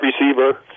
receiver